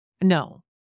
No